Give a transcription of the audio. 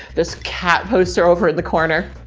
this cat poster over in the corner.